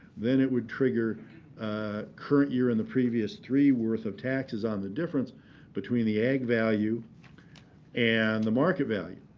then it would trigger current year and the previous three worth of taxes on the difference between the ag value and the market value.